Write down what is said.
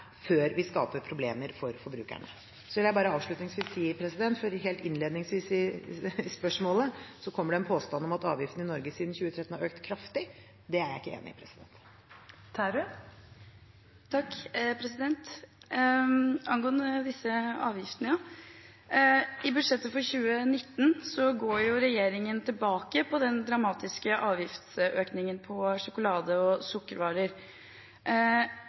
før vi skaper problemer for forbrukerne. Avslutningsvis vil jeg si at helt innledningsvis i spørsmålet kommer det en påstand om at avgiftene i Norge siden 2013 har økt kraftig. Det er jeg ikke enig i. Angående disse avgiftene: I budsjettet for 2019 går regjeringen tilbake på den dramatiske avgiftsøkningen på sjokolade og sukkervarer,